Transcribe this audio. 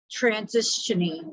transitioning